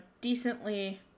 decently